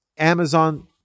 Amazon